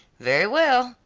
very well,